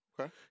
Okay